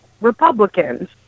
Republicans